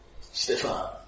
Stefan